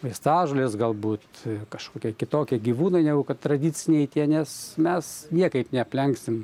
vaistažolės galbūt kažkokie kitokie gyvūnai negu kad tradiciniai tie nes mes niekaip neaplenksim